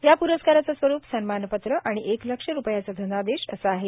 या प्रस्काराचे स्वरूप सन्मानपत्र आणि एक लक्ष रुपयाचा धनादेश असे आहे